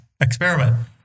experiment